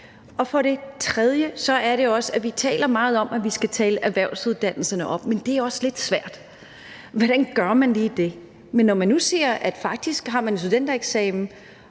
For det tredje taler vi også meget om, at vi skal tale erhvervsuddannelserne op, men det er også lidt svært. Hvordan gør man lige det? Men når man nu ser, at nogle faktisk har en studentereksamen